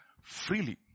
freely